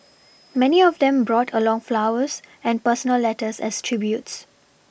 many of them brought along flowers and personal letters as tributes